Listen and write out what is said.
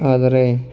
ಆದರೆ